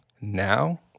Now